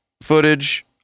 footage